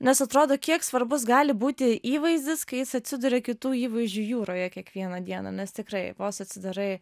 nes atrodo kiek svarbus gali būti įvaizdis kai jis atsiduria kitų įvaizdžių jūroje kiekvieną dieną nes tikrai vos atsidarai